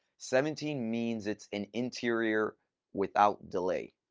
seventeen means it's an interior without delay,